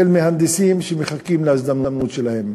מהנדסים שמחכים להזדמנות שלהם,